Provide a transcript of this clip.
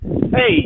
Hey